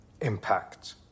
impact